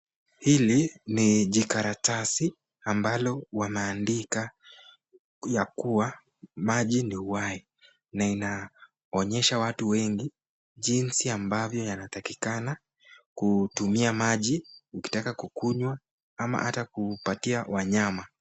Hili ni jikaratasi ambalo wameandika ya kuwa maji ni muhimu na inaonyesha watu wengi jinsi ambavyo yanatakikana kuyatumia ukitaka kunywa ama hata kuyapatia wanyama.